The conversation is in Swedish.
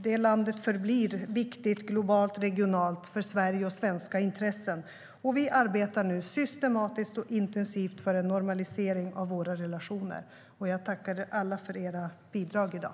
Det landet förblir viktigt globalt och regionalt för Sverige och svenska intressen. Vi arbetar nu systematiskt och intensivt för en normalisering av våra relationer. Jag tackar er alla för era bidrag i dag.